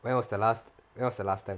when was the last when was the last time